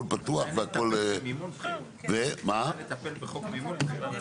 פתוח והכל -- מתי נטפל בחוק מימון בחירות.